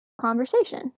conversation